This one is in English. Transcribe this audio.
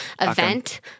event